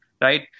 right